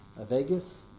Vegas